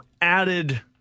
added